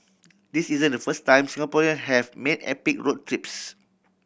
this isn't the first time Singaporean have made epic road trips